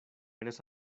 eres